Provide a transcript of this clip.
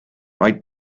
might